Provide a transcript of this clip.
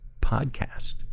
Podcast